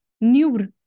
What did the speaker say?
new